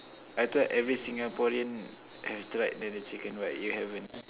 I thought every Singaporean have tried NeNe-chicken but you haven't